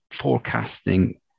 forecasting